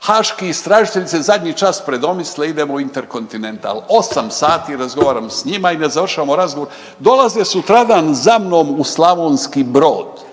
Haški istražitelj se zadnji čas predomisle idemo u Intercontinental. Osam sati razgovaram sa njima i ne završavamo razgovor. Dolaze sutradan za mnom u Slavonski Brod.